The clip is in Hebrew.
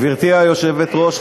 גברתי היושבת-ראש,